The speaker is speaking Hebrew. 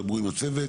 תדברו עם הצוות.